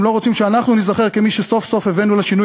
הם לא רוצים שאנחנו ניזכר כמי שסוף-סוף הביאו לשינוי